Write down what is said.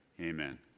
amen